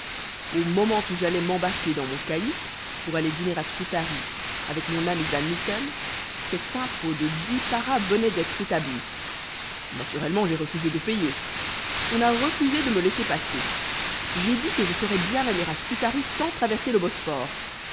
au moment où j'allais m'embarquer dans mon caïque pour aller dîner à scutari avec mon ami van mitten cet impôt de dix paras venait d'être établi naturellement j'ai refusé de payer on a refusé de me laisser passer j'ai dit que je saurais bien aller à scutari sans traverser le bosphore